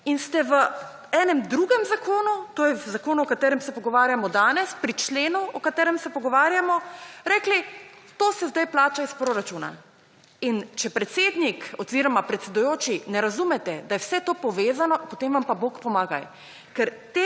in ste v enem drugem zakonu to je v zakonu, o katerem se pogovarjamo danes, pri členu, o katerem se pogovarjamo rekli to se sedaj plača iz proračuna. Če predsednik oziroma predsedujoči ne razumete, da je vse to povezano, potem vam pa bog pomagaj.